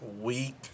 week